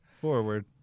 forward